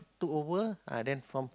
took over ah then from